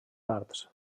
parts